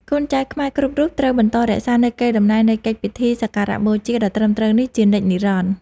កូនចៅខ្មែរគ្រប់រូបត្រូវបន្តរក្សានូវកេរដំណែលនៃកិច្ចពិធីសក្ការបូជាដ៏ត្រឹមត្រូវនេះជានិច្ចនិរន្តរ៍។